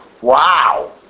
Wow